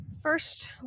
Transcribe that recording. First